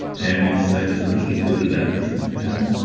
and we decide this person's good or that person's bad.